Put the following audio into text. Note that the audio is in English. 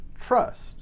trust